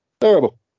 Terrible